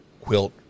quilt